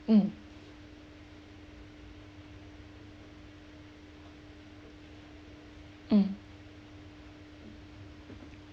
mm mm